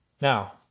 Now